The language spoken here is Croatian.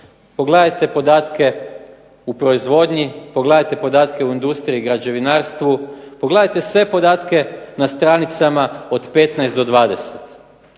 Pogledajte podatke u proizvodnji, pogledajte podatke u industriji, građevinarstvu, pogledajte sve podatke na stranicama od 15 do 20.